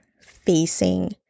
facing